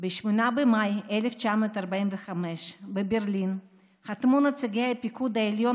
ב-8 במאי 1945 בברלין חתמו נציגי הפיקוד העליון